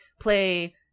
play